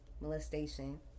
molestation